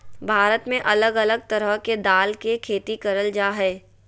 भारत में अलग अलग तरह के दाल के खेती करल जा हय